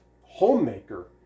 homemaker